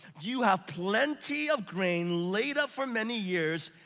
you have plenty of grain laid up for many years.